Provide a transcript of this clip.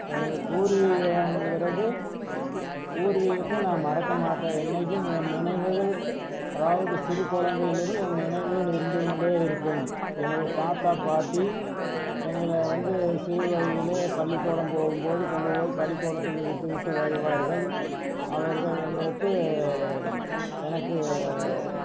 எனது பூர்வீகம்ங்கிறது பூர்வீகத்தை நான் மறக்க மாட்டேன் என்றைக்கும் என் நினைவுகள் அதாவது சிறு குழந்தையிலிருந்து என் நினைவுகள் இருந்து கொண்டே இருக்கும் எனது தாத்தா பாட்டி எங்களை வந்து சிறு வயதிலே பள்ளிக்கூடம் போகும்போது கொண்டு போய் பள்ளிக்கூடத்திலே விட்டு விட்டு வருவார்கள் அவர்கள் எங்களுக்கு எனக்கு